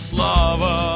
Slava